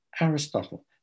Aristotle